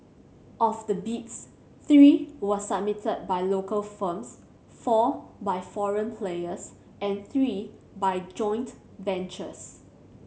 of the bids three were submitted by local firms four by foreign players and three by joint ventures